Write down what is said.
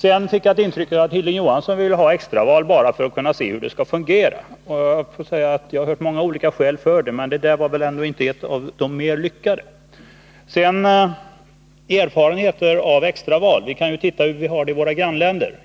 Jag fick ett intryck av att Hilding Johansson ville ha extraval bara för att se hur det skulle fungera. Jag har hört många olika skäl för ett extraval, men det skälet var nog inte ett av de mera lyckade. Beträffande erfarenheter av extraval: Vi kan ju titta på hur det är i våra grannländer.